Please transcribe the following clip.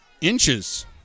inches